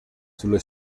sulle